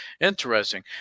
interesting